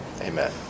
Amen